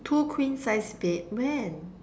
two queen size bed when